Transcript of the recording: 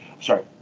Sorry